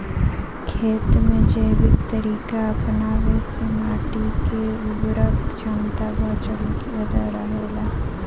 खेत में जैविक तरीका अपनावे से माटी के उर्वरक क्षमता बचल रहे ला